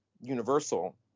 universal